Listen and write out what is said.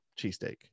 cheesesteak